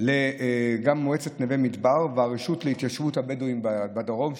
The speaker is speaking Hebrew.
גם למועצת נווה מדבר ולרשות להתיישבות הבדואים בדרום.